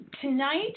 Tonight